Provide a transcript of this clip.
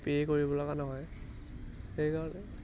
pay কৰিবলগা নহয় সেইকাৰণে